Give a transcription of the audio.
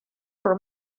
for